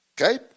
Okay